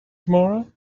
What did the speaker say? tomorrow